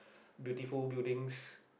beautiful buildings